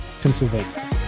Pennsylvania